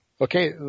Okay